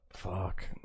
fuck